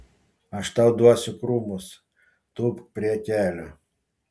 aš tau duosiu krūmus tūpk prie kelio